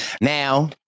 now